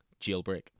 jailbreak